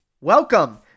Welcome